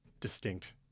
distinct